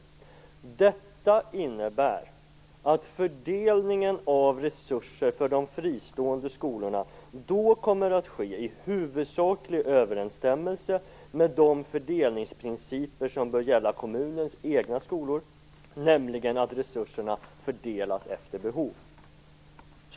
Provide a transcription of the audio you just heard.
Utskottet menade vidare att detta innebär att fördelningen av resurser för de fristående skolorna då kommer att ske i huvudsaklig överensstämmelse med de fördelningsprinciper som bör gälla kommunens egna skolor, nämligen att resurserna fördelas efter behov.